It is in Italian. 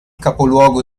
capoluogo